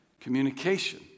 Communication